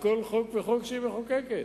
בכל חוק וחוק שהיא מחוקקת,